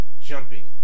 jumping